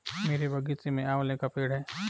मेरे बगीचे में आंवले का पेड़ है